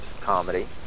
comedy